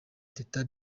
teta